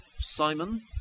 Simon